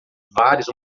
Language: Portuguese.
vários